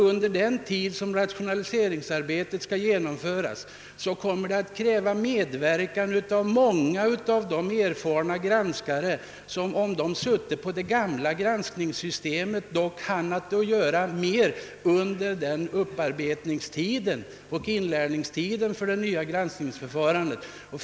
Under den tid rationaliseringsarbetet skall pågå kommer det att kräva medverkan av erfarna granskare, som skulle ha hunnit göra mer åt granskningsarbetet än andra hinner göra under inlärningsoch upparbetningstiden när det nya granskningsförfarandet införs.